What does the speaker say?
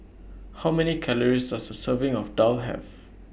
How Many Calories Does A Serving of Daal Have